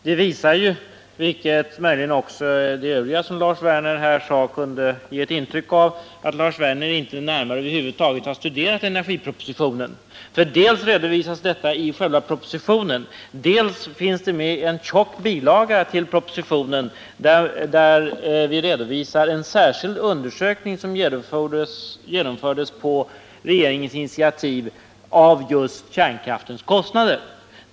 Det visar, vilket möjligen också det övriga som Lars Werner sade kunde ge intryck av, att Lars Werner över huvud taget inte närmare har studerat energipropositionen. Dels redovisas nämligen dessa kostnader i själva propositionen, dels finns det en tjock bilaga till propositionen, där vi redovisar en särskild undersökning av just kärnkraftens kostnader, som gjorts på regeringens initiativ.